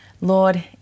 Lord